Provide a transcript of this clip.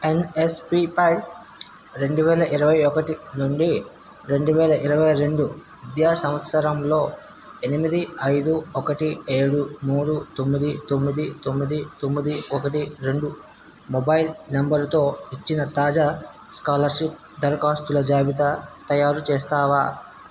ఎన్ఎస్పిపై రెండు వేల ఇరవై ఒకటి నుండి రెండు వేల ఇరవై రెండు విద్యా సంవత్సరంలో ఎనిమిది ఐదు ఒకటి ఏడు మూడు తొమ్మిది తొమ్మిది తొమ్మిది తొమ్మిది ఒకటి రెండు మొబైల్ నంబరుతో ఇచ్చిన తాజా స్కాలర్షిప్ దరఖాస్తుల జాబితా తయారుచేస్తావా